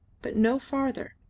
but no farther.